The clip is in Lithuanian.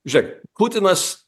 žėk putinas